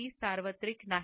ही सार्वत्रिक नाही